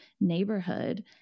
neighborhood